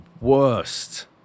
worst